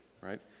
right